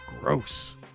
gross